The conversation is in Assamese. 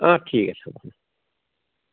অ' ঠিক আছে হ'ব